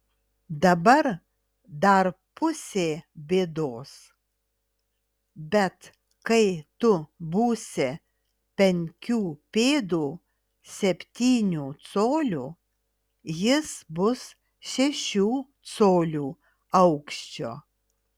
dabar dar pusė bėdos bet kai tu būsi penkių pėdų septynių colių jis bus šešių colių aukščio